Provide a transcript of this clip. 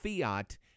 Fiat